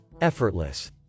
effortless